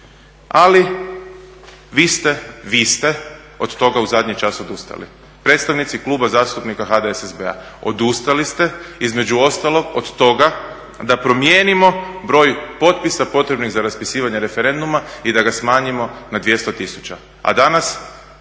ali vi ste od toga u zadnji čas odustali, predstavnici Kluba zastupnika HDSSB-a. Odustali ste između ostalog od toga da promijenimo broj potpisa potrebnih za raspisivanje referenduma i da ga smanjimo na 200 000, a danas